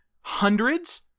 hundreds